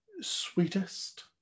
sweetest